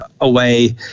away